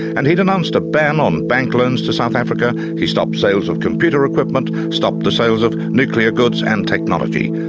and he'd announced a ban on bank loans to south africa. he stopped sales of computer equipment, stopped the sales of nuclear goods and technology.